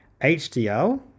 HDL